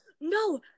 no